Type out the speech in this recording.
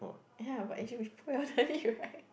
ya but you then you like